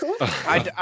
cool